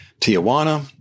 Tijuana